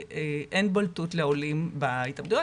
אין בולטות לעולים בהתאבדויות.